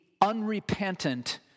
unrepentant